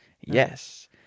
Yes